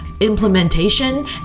implementation